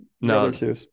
No